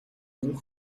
бүү